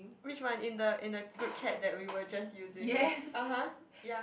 which one in the in the group chat that we were just using (uh huh) ya